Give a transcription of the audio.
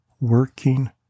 working